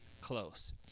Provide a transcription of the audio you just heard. close